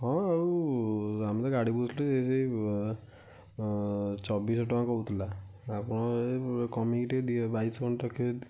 ହଁ ଆଉ ଆମେ ତ ଗାଡ଼ି ବୁଝୁଥିଲୁ ଏ ସେଇ ଚବିଶି ଶହ ଟଙ୍କା କହୁଥିଲା ଆପଣ କମାଇକି ଟିକେ ବାଇଶି ଶହ ଖଣ୍ଡେ ରଖିବେ ଯଦି